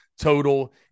total